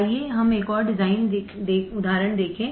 आइए हम एक और डिजाइन उदाहरण देखें